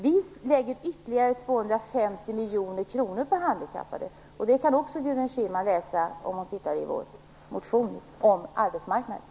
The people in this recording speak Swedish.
Vi lägger ytterligare 250 miljoner kronor på handikappade, och det kan Gudrun Schyman ta del av om hon tittar i vår motion om arbetsmarknaden.